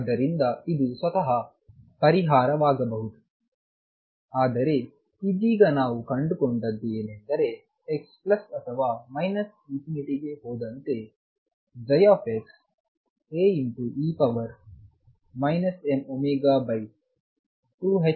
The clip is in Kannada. ಆದ್ದರಿಂದ ಇದು ಸ್ವತಃ ಪರಿಹಾರವಾಗಬಹುದು ಆದರೆ ಇದೀಗ ನಾವು ಕಂಡುಕೊಂಡದ್ದು ಏನೆಂದರೆ x ಪ್ಲಸ್ ಅಥವಾ ಮೈನಸ್ ಇನ್ಫಿನಿಟಿಗೆ ಹೋದಂತೆ ψ Ae mω2ℏx2 ಆಗಿರುತ್ತದೆ